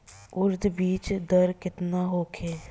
उरद बीज दर केतना होखे?